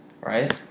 right